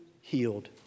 healed